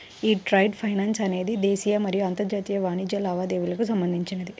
యీ trade finance అనేది దేశీయ మరియు అంతర్జాతీయ వాణిజ్య లావాదేవీలకు సంబంధించినది